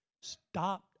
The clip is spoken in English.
Stop